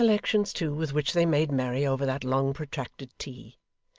the recollections, too, with which they made merry over that long protracted tea!